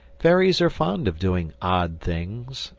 fairies are fond of doing odd things.